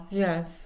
yes